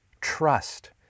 trust